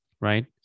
Right